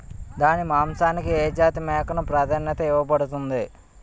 దాని మాంసానికి ఏ జాతి మేకకు ప్రాధాన్యత ఇవ్వబడుతుంది?